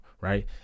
right